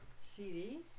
CD